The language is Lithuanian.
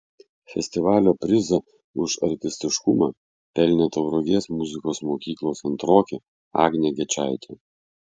festivalio prizą už artistiškumą pelnė tauragės muzikos mokyklos antrokė agnė gečaitė